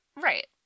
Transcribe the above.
Right